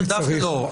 לא,